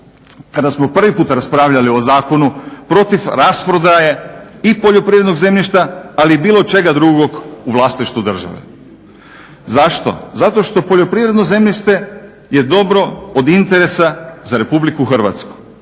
kada smo prvi puta raspravljali o zakonu, protiv rasprodaje i poljoprivrednog zemljišta ali i bilo čega drugog u vlasništvu države. Zašto? Zato što poljoprivredno zemljište je dobro od interesa za RH.